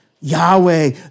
Yahweh